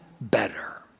better